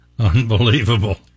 Unbelievable